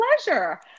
pleasure